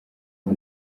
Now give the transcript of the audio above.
ubu